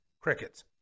crickets